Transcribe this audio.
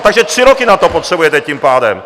Takže tři roky na to potřebujete tím pádem.